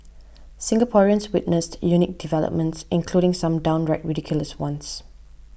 Singaporeans witnessed unique developments including some downright ridiculous ones